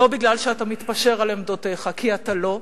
לא כי אתה מתפשר על עמדותיך, כי אתה לא,